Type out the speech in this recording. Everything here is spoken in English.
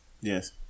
Yes